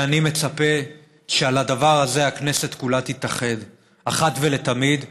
אני מצפה שעל הדבר הזה הכנסת כולה תתאחד אחת ולתמיד,